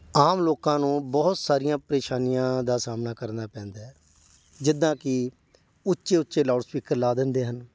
ਆਮ ਲੋਕਾਂ ਨੂੰ ਬਹੁਤ ਸਾਰੀਆਂ ਪਰੇਸ਼ਾਨੀਆਂ ਦਾ ਸਾਹਮਣਾ ਕਰਨਾ ਪੈਂਦਾ ਹੈ ਜਿੱਦਾਂ ਕਿ ਉੱਚੇ ਉੱਚੇ ਲਾਊਡ ਸਪੀਕਰ ਲਗਾ ਦਿੰਦੇ ਹਨ